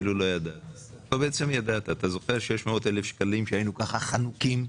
אתה זוכר, 600,000 שקלים,